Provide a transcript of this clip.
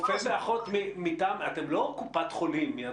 אתם לא קופת חולים.